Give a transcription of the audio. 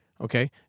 okay